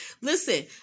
Listen